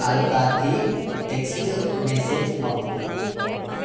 ఆల్కాకి text message pump